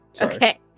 Okay